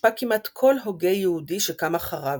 הושפע כמעט כל הוגה יהודי שקם אחריו,